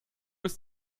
ist